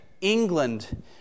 England